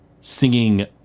singing